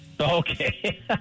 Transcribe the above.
Okay